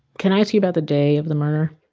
can i ask you about the day of the murder?